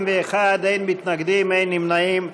31 בעד, אין מתנגדים, אין נמנעים.